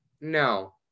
No